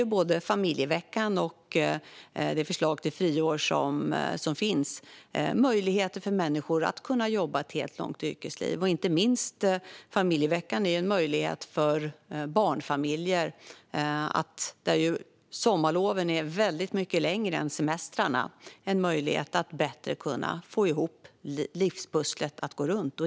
Både familjeveckan och friåret skulle ge människor möjlighet att jobba ett helt långt yrkesliv. Inte minst familjeveckan är en möjlighet för barnfamiljer att få ihop livspusslet. Sommarloven är ju mycket längre än semestrarna.